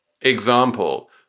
example